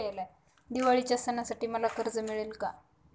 दिवाळीच्या सणासाठी मला कर्ज मिळेल काय?